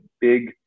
big